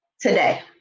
Today